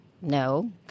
no